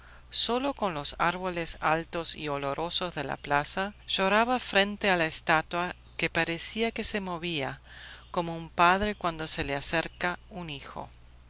solo con los árboles altos y olorosos de la plaza lloraba frente a la estatua que parecía que se movía como un padre cuando se le acerca un hijo el